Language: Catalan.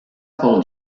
pel